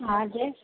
हजुर